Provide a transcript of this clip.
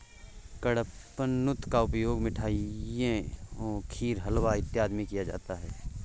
कडपहनुत का उपयोग मिठाइयों खीर हलवा इत्यादि में किया जाता है